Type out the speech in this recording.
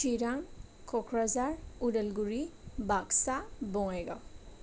Chirang Kokrajhar Udalguri Baksa Bongaigaon